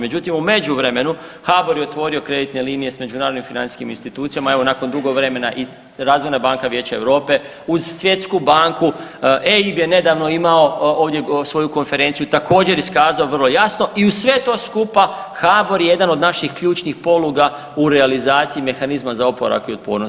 Međutim, u međuvremenu HABOR je otvorio kreditne linije s međunarodnim financijskim institucijama, evo nakon drugo vremena i Razvojna banka Vijeća Europe uz Svjetsku banku, EIB je nedavno ovdje svoju konferenciju, također iskazao vrlo jasno i uz sve to skupa HABOR je jedan od naših ključnih poluga u realizaciji mehanizma za oporavak i otpornost.